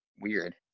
weird